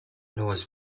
knows